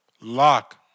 Lock